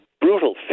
brutal